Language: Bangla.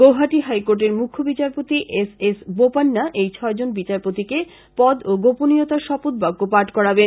গৌহাটি হাইকোর্টের মৃখ্য বিচারপতি এস এস বোপান্না এই ছয়জন বিচারপতিকে পদ ও গোপনীয়তার শপথবাক্য পাঠ করাবেন